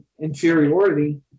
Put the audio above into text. inferiority